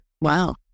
Wow